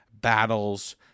battles